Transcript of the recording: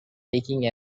taking